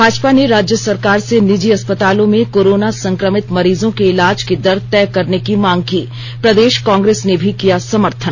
भाजपा ने राज्य सरकार से निजी अस्पतालों में कोरोना संक्रमित मरीजों के इलाज की दर तय करने की मांग की प्रदेश कांग्रेस ने भी किया समर्थन